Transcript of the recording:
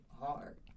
hard